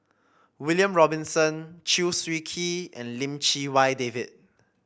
William Robinson Chew Swee Kee and Lim Chee Wai David